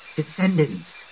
descendants